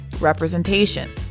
representation